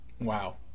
wow